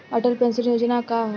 Atal pension योजना का ह?